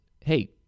Hey